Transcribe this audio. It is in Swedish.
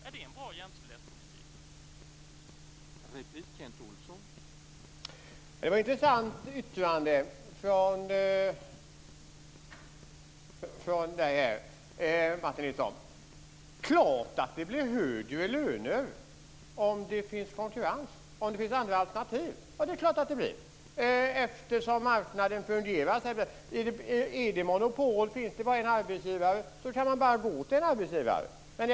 Är det en bra jämställdhetspolitik?